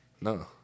No